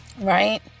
right